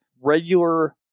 regular